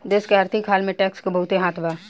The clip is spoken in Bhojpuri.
देश के आर्थिक हाल में टैक्स के बहुते हाथ बा